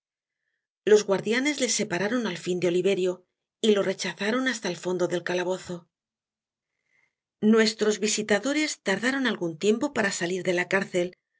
los guardianes le separaron al in de oliverio y lo rechazaron hasta el fondo del calabozo nuestros visitadores tardaron algun tiempo para salir de la cárcel